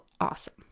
awesome